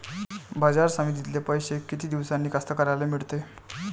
बाजार समितीतले पैशे किती दिवसानं कास्तकाराइले मिळते?